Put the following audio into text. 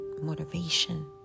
motivation